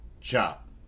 chop